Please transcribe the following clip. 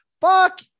fuck